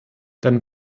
dann